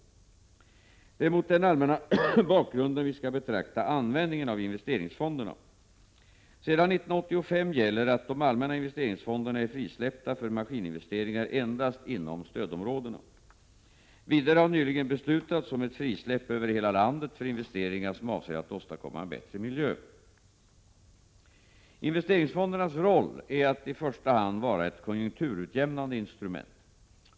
Det är mot den allmänna bakgrunden vi skall betrakta användningen av investeringsfonderna. Sedan 1985 gäller att de allmänna investeringsfonderna är frisläppta för maskininvesteringar endast inom stödområdena. Vidare har nyligen beslutats om ett frisläpp över hela landet för investeringar som avser att åstadkomma en bättre miljö. Investeringsfondernas roll är att i första hand vara ett konjunkturutjämnande instrument.